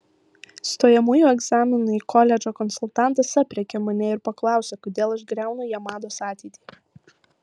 stojamųjų egzaminų į koledžą konsultantas aprėkė mane ir paklausė kodėl aš griaunu jamados ateitį